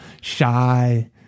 shy